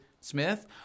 Smith